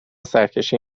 سرکشی